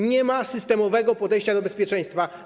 Nie ma systemowego podejścia do bezpieczeństwa.